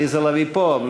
עליזה לביא פה,